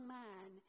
man